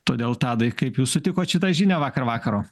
todėl tadai kaip jūs sutikot šitą žinią vakar vakaro